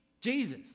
Jesus